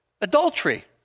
Adultery